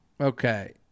Okay